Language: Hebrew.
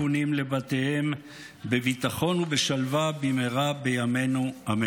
לבתיהם בביטחון ובשלווה במהרה בימינו אמן.